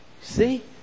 See